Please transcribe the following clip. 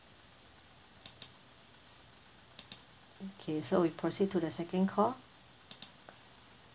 okay so we proceed to the second call